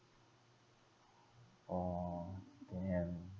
orh damn